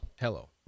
Hello